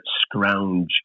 scrounge